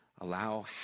Allow